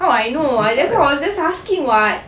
how I know ah that's why I was just asking [what]